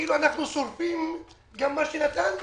כאילו שאנחנו שורפים גם מה שנתנו.